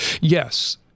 Yes